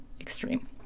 extreme